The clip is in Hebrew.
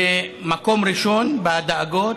זה מקום ראשון בדאגות,